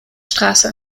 str